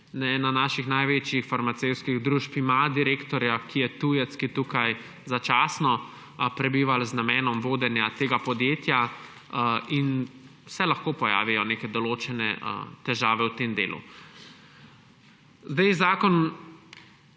ena naših največjih farmacevtskih družb ima direktorja, ki je tujec, ki tukaj začasno prebiva z namenom vodenja tega podjetja, in se lahko pojavijo neke določene težave v tem delu. Zakon